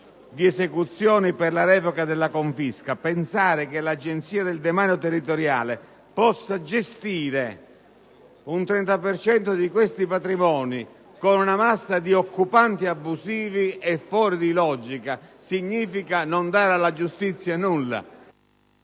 di esecuzione per la revoca della confisca. Pensare che l'Agenzia del demanio territoriale possa gestire un 30 per cento di questi patrimoni con una massa di occupanti abusivi è fuor di logica. Significa non dare nulla alla giustizia.